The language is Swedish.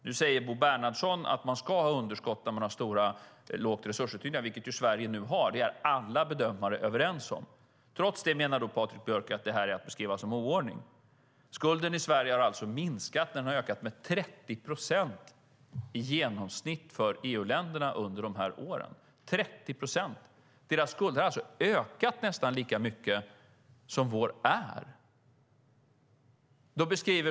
Nu säger Bo Bernhardsson att man ska ha underskott när man har ett lågt resursutnyttjande, vilket ju Sverige nu har, och det är alla bedömare överens om. Trots detta menar Patrik Björk att det är att beskriva som oordning. Skulden i Sverige har minskat. Den har ökat med 30 procent i genomsnitt i EU-länderna under de här åren - 30 procent! Deras skulder har alltså ökat med nästan lika mycket som det som är vår skuld.